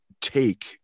take